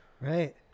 Right